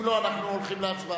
אם לא, אנחנו הולכים להצבעה.